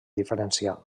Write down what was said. diferencial